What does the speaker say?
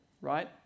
right